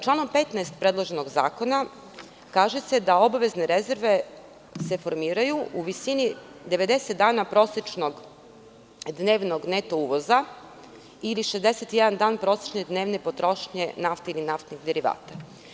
Članom 15. predlog zakona kaže se da se obavezne rezerve formiraju u visini 90 dana prosečnog dnevnog neto uvoza ili 61 dan prosečne dnevne potrošnje nafte ili naftnih derivata.